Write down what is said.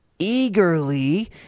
eagerly